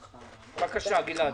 בבקשה, גלעד.